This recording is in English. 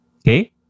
Okay